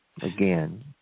Again